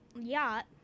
yacht